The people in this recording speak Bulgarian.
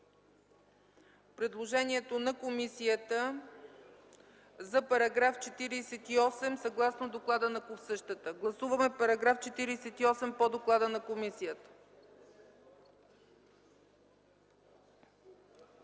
предложението на комисията за § 48 съгласно доклада на същата. Гласуваме § 48 по доклада на комисията.